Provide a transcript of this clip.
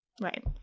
Right